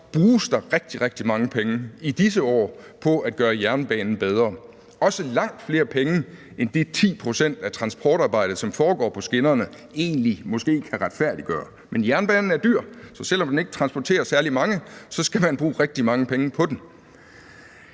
der rigtig, rigtig mange penge i disse år på at gøre jernbanen bedre – også langt flere penge end de 10 pct. af transportarbejdet, som foregår på skinnerne, måske egentlig kan retfærdiggøre. Men jernbanen er dyr, og også selv om den måske ikke transporterer særlig mange, skal man bruge rigtig mange penge på den.